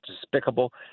despicable